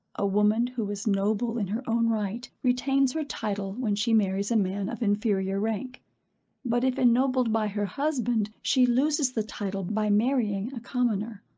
a woman who is noble in her own right, retains her title when she marries a man of inferior rank but if ennobled by her husband, she loses the title by marrying a commoner.